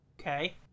Okay